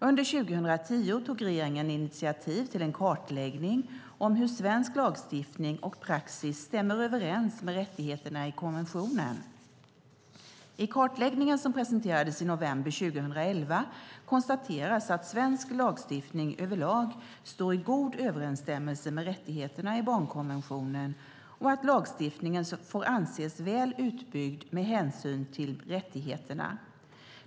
Under 2010 tog regeringen initiativ till en kartläggning av hur svensk lagstiftning och praxis stämmer överens med rättigheterna i konventionen. I kartläggningen, som presenterades i november 2011, konstateras att svensk lagstiftning över lag står i god överensstämmelse med rättigheterna i barnkonventionen och att lagstiftningen får anses väl utbyggd med hänsyn till rättigheterna.